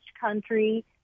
country